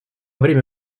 время